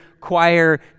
choir